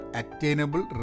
attainable